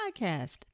podcast